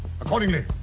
accordingly